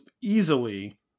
easily